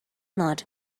not